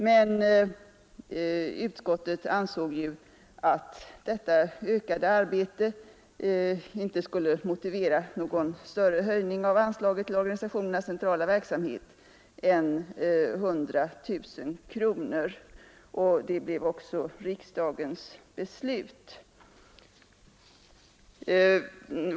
Men utskottet ansåg att detta ökade arbete inte motiverade någon större höjning av anslaget till ungdomsorganisationernas centrala verksamhet än med 100 000 kronor. Detta blev också riksdagens beslut.